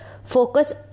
Focus